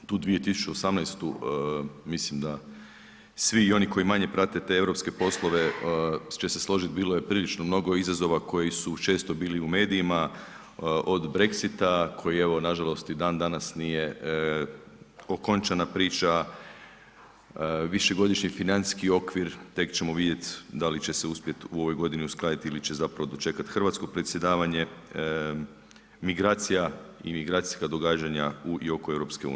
Tu 2018. mislim da svi i oni koji manje prate te europske poslove će se složiti bilo je mnogo izazova koji su često bili u medijima, od Brexita koji evo nažalost ni dan danas nije okončana priča, višegodišnji financijski okvir tek ćemo vidjeti da li će se uspjeti u ovoj godini uskladiti ili će zapravo dočekati hrvatsko predsjedavanje, migracija i migracijska događanja u i oko EU.